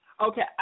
Okay